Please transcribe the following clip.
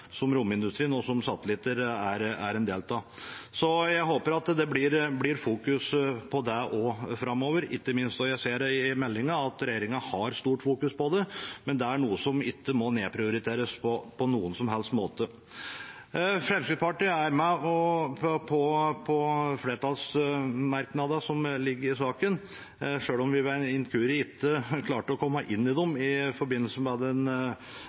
romindustrien og satellitter er en del av. Jeg håper det blir fokusert på det også framover, og jeg ser i meldingen at regjeringen har stor oppmerksomhet på det, men det er noe som ikke må nedprioriteres på noen som helst måte. Fremskrittspartiet er med på flertallsmerknadene som ligger i saken, selv om vi ved en inkurie ikke klarte å komme inn i dem i forbindelse med den